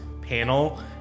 Panel